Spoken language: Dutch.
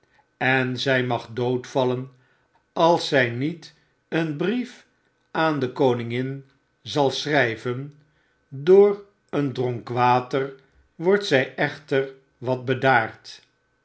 en zjj mag dood vallen als zy niet een brief aan dekoninginzalschryven door een dronk water wordt zy echter wat bedaard